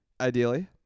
ideally